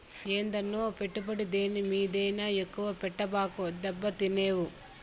ఏందన్నో, పెట్టుబడి దేని మీదైనా ఎక్కువ పెట్టబాకు, దెబ్బతినేవు